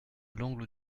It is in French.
l’angle